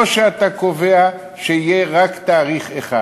או שאתה קובע שיהיה רק תאריך אחד,